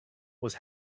was